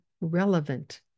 relevant